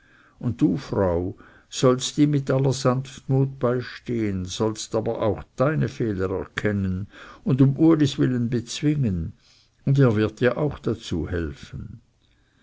und du frau sollst ihm mit aller sanftmut beistehen sollst aber auch deine fehler erkennen und um ulis willen bezwingen und er wird dir auch dazu helfen